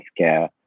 healthcare